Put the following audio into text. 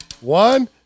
one